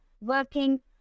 working